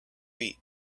eat